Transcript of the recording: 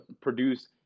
produce